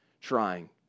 trying